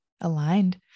aligned